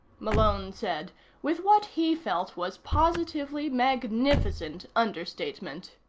malone said with what he felt was positively magnificent understatement.